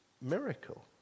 miracle